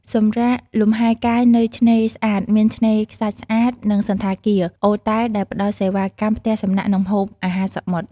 សម្រាកលំហែកាយនៅឆ្នេរស្អាតមានឆ្នេរខ្សាច់ស្អាត និងសណ្ឋាគារ អូរតែលដែលផ្តល់សេវាកម្មផ្ទះសំណាក់ និងម្ហូបអាហារសមុទ្រ។